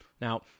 Now